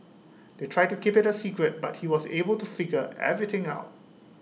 they tried to keep IT A secret but he was able to figure everything out